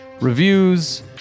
reviews